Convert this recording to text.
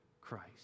Christ